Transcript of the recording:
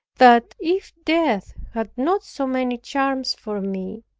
that, if death had not so many charms for me,